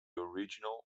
original